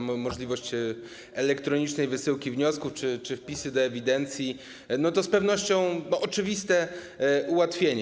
Możliwość elektronicznej wysyłki wniosków o wpis do ewidencji to z pewnością oczywiste ułatwienie.